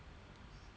mm